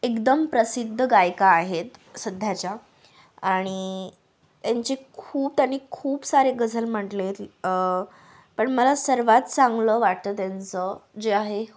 एकदम प्रसिद्ध गायिका आहेत सध्याच्या आणि त्यांचे खूप त्यांनी खूप सारे गझल म्हटले पण मला सर्वात चांगलं वाटतं त्यांचं जे आहे